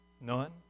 None